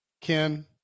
Ken